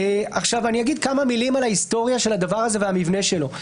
אני אגיד כמה מילים על ההיסטוריה של הדבר הזה ועל המבנה שלו.